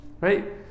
Right